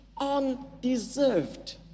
undeserved